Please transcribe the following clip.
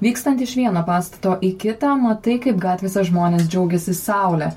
vykstant iš vieno pastato į kitą matai kaip gatvėse žmonės džiaugiasi saule